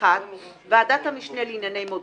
(1)ועדת המשנה לענייני מודיעין,